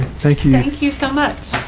thank you. thank you so much.